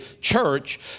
church